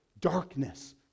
darkness